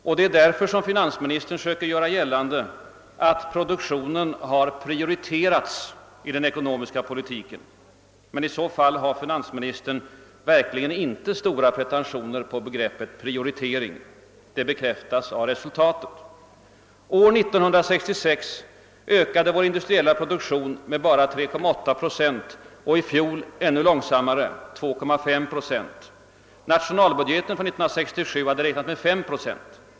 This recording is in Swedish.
Och det är därför finansministern söker göra gällande att produktionen prioriterats i den ekonomiska politiken. Men i så fall har finansministern verkligen inte stora pretentioner på begreppet »prioritering». Det bekräftas av resultaten. år 1966 ökade vår industriella produktion med bara 3,8 procent och i fjol ännu långsammare — med 2,5 procent. I nationalbudgeten för 1967 hade man räknat med 5 procent.